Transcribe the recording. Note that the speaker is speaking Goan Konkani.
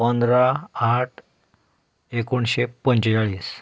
पंदरा आठ एकोणशे पंचेचाळीस